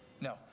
No